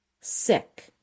Sick